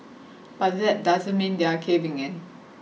but that doesn't mean they're caving in